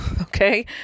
Okay